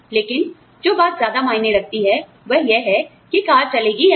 लेकिन जो बात ज्यादा मायने रखती है वह यह है कि कार चलेगी या नहीं